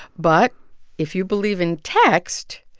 but if you believe in text,